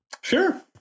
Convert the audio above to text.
Sure